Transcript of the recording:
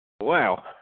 Wow